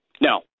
no